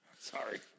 Sorry